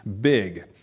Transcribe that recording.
big